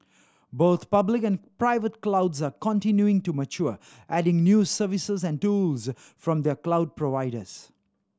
both public and private clouds are continuing to mature adding new services and tools from their cloud providers